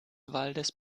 waldes